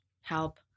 help